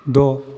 द'